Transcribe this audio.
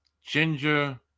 ginger